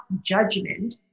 judgment